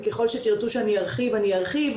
וככל שתרצו שאני ארחיב, אני ארחיב.